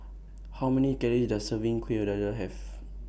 How Many Calories Does A Serving Kueh Dadar Have